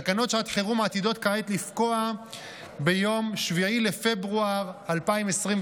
תקנות שעת החירום עתידות כעת לפקוע ביום 7 בפברואר 2024,